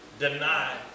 deny